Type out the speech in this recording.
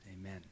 Amen